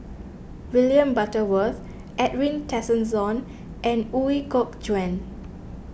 William Butterworth Edwin Tessensohn and Ooi Kok Chuen